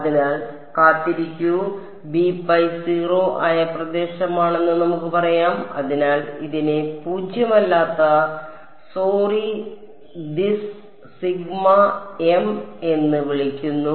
അതിനാൽ കാത്തിരിക്കൂ 0 ആയ പ്രദേശമാണെന്ന് നമുക്ക് പറയാം അതിനാൽ ഇതിനെ പൂജ്യമല്ലാത്ത സോറി ദിസ് സിഗ്മ എം എന്ന് വിളിക്കുന്നു